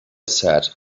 said